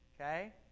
Okay